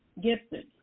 Gibson